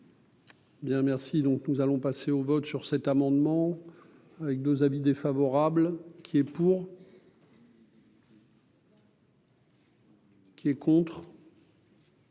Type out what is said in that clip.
Bien, merci, donc nous allons passer au vote sur cet amendement avec nos avis défavorable qui est pour. Qui est contre.